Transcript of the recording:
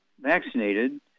vaccinated